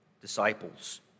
disciples